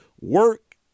work